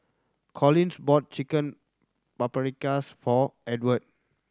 Collins bought Chicken Paprikas for Edward